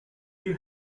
you